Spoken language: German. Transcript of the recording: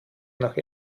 nach